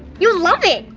you'll love it!